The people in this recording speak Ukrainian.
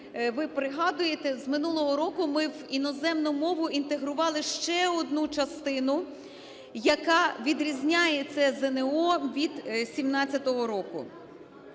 ви пригадуєте, з минулого року ми в іноземну мову інтегрували ще одну частину, яка відрізняє це ЗНО від 2017 року.